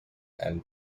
and